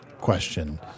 question